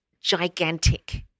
gigantic